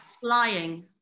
Flying